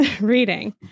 reading